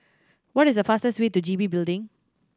what is the fastest way to G B Building